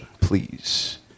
please